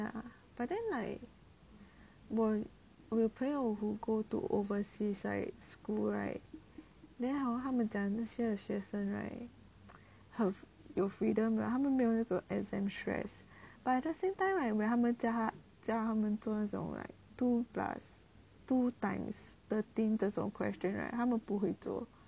ya but then like 我有朋友 who go to overseas like school right then hor 他们讲那些学生 right 很有 freedom like 他们没有那个 exam stress but at the same time I when 他们叫他们做那种 like two plus two times thirteen 这种 question right 他们不会做